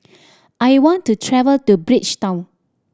I want to travel to Bridgetown